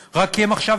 רק כי הם עשו שירות צבאי,